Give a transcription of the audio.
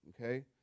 Okay